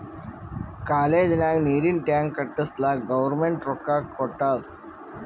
college ನಾಗ್ ನೀರಿಂದ್ tank ಕಟ್ಟುಸ್ಲಕ್ ಗೌರ್ಮೆಂಟ್ ರೊಕ್ಕಾ ಕೊಟ್ಟಾದ್